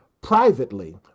privately